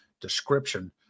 description